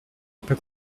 pas